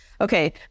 okay